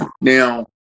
Now